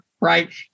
right